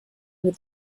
with